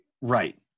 Right